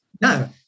No